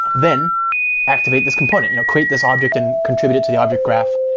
then activate this component. you know create this object and contribute it to the object graph.